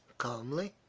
calmly.